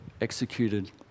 executed